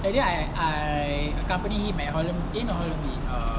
that day I I accompany him at holland eh not holland V err